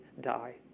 die